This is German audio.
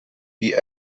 die